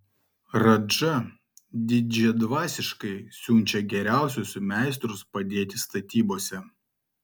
radža didžiadvasiškai siunčia geriausius meistrus padėti statybose